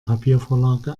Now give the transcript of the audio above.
papiervorlage